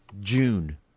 June